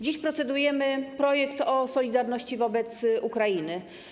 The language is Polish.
Dziś procedujemy nad projektem o solidarności wobec Ukrainy.